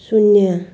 शून्य